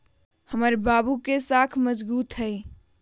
हमर बाबू के साख मजगुत हइ